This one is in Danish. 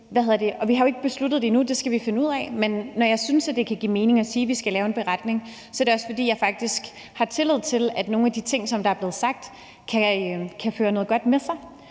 vi finde ud af, men når jeg synes, det kan give mening at sige, at vi skal lave en beretning, så er det også, fordi jeg faktisk har tillid til, at nogle af de ting, som der er blevet sagt, kan føre noget godt med sig,